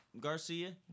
Garcia